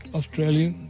Australian